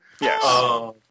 Yes